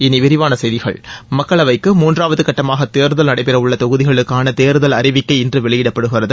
இனி விரிவான செய்திகள் மக்களவைக்கு மூன்றாவது கட்டமாக தேர்தல் நடைபெறவுள்ள தொகுதிகளுக்கான தேர்தல் அறிவிக்கை இன்று வெளியிடப்படுகிறது